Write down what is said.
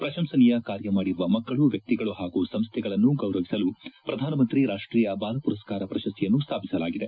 ಪ್ರಶಂಸನೀಯ ಕಾರ್ಯ ಮಾಡಿರುವ ಮಕ್ಕಳು ವ್ಯಕ್ತಿಗಳು ಹಾಗೂ ಸಂಸ್ವೆಗಳನ್ನು ಗೌರವಿಸಲು ಪ್ರಧಾನಮಂತ್ರಿ ರಾಷ್ಷೀಯ ಬಾಲ ಪುರಸ್ನಾರ ಪ್ರಶಸ್ತಿಯನ್ನು ಸ್ನಾಪಿಸಲಾಗಿದೆ